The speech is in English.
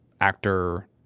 actor